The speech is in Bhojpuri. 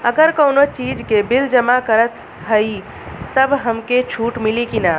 अगर कउनो चीज़ के बिल जमा करत हई तब हमके छूट मिली कि ना?